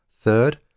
Third